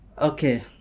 Okay